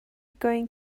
going